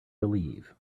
believe